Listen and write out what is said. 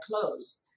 closed